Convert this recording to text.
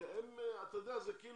זה משהו